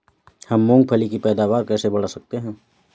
हम मूंगफली की पैदावार कैसे बढ़ा सकते हैं?